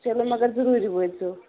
چلو مگر ضروٗری وٲتۍزیٚو